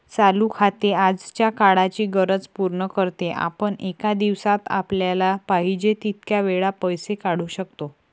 चालू खाते आजच्या काळाची गरज पूर्ण करते, आपण एका दिवसात आपल्याला पाहिजे तितक्या वेळा पैसे काढू शकतो